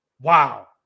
Wow